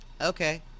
Okay